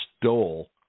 stole